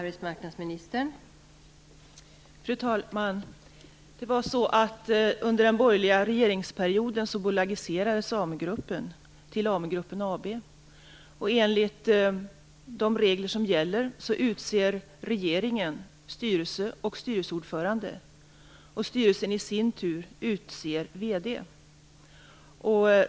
Fru talman! Under den borgerliga regeringsperioden bolagiserades AMU-gruppen och blev AMU gruppen AB. Enligt de regler som gäller utser regeringen styrelse och styrelseordförande. Styrelsen i sin tur utser vd.